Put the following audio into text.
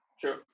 True